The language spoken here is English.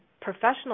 professional